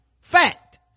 Fact